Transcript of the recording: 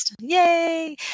Yay